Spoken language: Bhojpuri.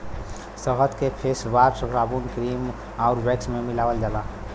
शहद के फेसवाश, साबुन, क्रीम आउर वैक्स में मिलावल जाला